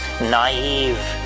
naive